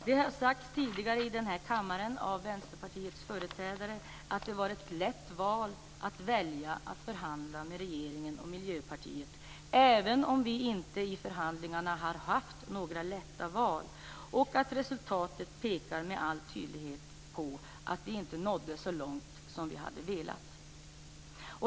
Det har sagts tidigare i den här kammaren av Vänsterpartiets företrädare att det var ett lätt val att välja att förhandla med regeringen och Miljöpartiet, även om vi inte i förhandlingarna har haft några lätta val. Resultatet pekar med all tydlighet på att vi inte nådde så långt som vi hade velat.